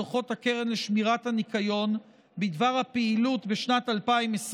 דוחות הקרן לשמירת הניקיון בדבר הפעילות בשנת 2020,